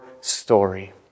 story